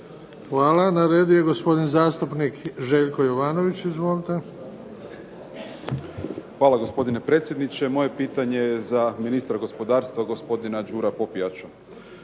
Hvala. Na redu je gospodin zastupnik Željko Jovanović. Izvolite. **Jovanović, Željko (SDP)** Hvala gospodine predsjedniče. Moje pitanje je za ministarstva gospodarstva gospodina Đuru Popijača.